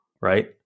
right